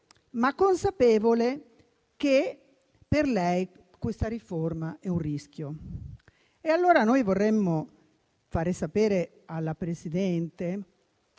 ma è consapevole che per lei questa riforma è un rischio. Vorremmo quindi far sapere alla Presidente